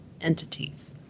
entities